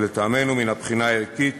ולטעמנו מן הבחינה הערכית